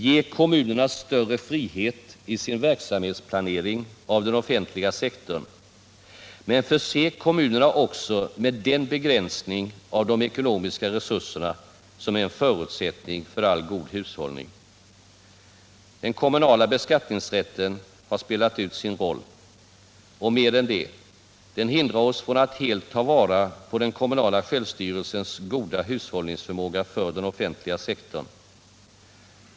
Ge kommunerna större frihet i sin verksamhetsplanering inom den offentliga sektorn. Men förse kommunerna också med den begränsning av de ekonomiska resurserna som är en förutsättning för all god hushållning. Den kommunala beskattningsrätten har spelat ut sin roll — och mer än det. Den hindrar oss från att helt ta vara på den kommunala självstyrelsens goda hushållningsförmåga för den offentliga sektorn.